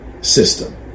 system